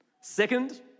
Second